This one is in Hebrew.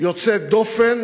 יוצא דופן,